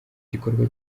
gikorwa